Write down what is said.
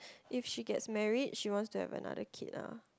if she gets married she wants to have another kid ah